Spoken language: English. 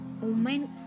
woman